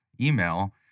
email